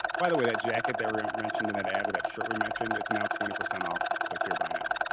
by the way, that jacket they were mentioned in that ad or that shirt we mentioned it's now twenty percent off. click here, buy now.